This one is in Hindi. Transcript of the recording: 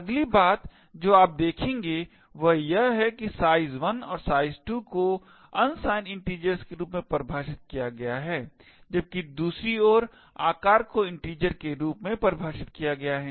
अगली बात जो आप देखेंगे वह यह है कि size1 और size2 को unsigned integers के रूप में परिभाषित किया गया है जबकि दूसरी ओर आकार को integer के रूप में परिभाषित किया गया है